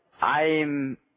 I'm-